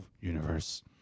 universe